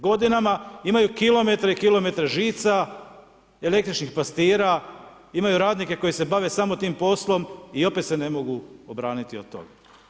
Godinama, imaju kilometre i kilometre žica, električnih pastira, imaju radnike koji se bave samo tim poslom i opet se ne mogu obraniti od toga.